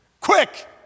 quick